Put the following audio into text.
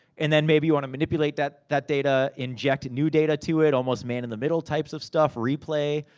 and then, maybe, you wanna manipulate that that data, inject new data to it. almost man in the middle types of stuff, replay.